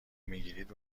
میگیرید